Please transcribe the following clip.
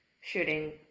shooting